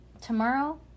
tomorrow